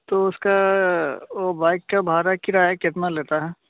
तो उसका वो बाइक का भाड़ा किराया कितना लेते हं